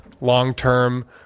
long-term